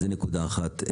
זה נקודה אחת.